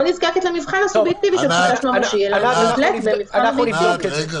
נזקקת למבחן הסובייקטיבי של "חשש ממשי" אלא נתלית במבחן אמיתי.